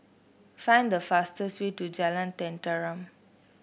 find the fastest way to Jalan Tenteram